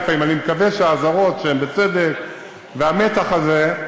אני מקווה שהאזהרות, שהן בצדק, והמתח הזה,